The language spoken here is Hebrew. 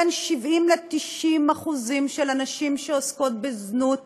ל-70% 90% מהנשים שעוסקות בזנות